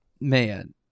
Man